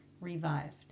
revived